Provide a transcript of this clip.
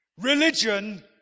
Religion